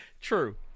True